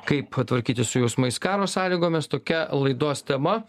kaip tvarkytis su jausmais karo sąlygomis tokia laidos tema